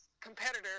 competitor